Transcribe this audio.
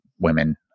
women